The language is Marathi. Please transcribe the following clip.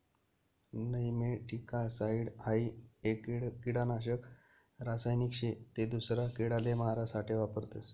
नेमैटीकासाइड हाई एक किडानाशक रासायनिक शे ते दूसरा किडाले मारा साठे वापरतस